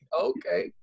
Okay